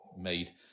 made